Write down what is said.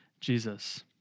Jesus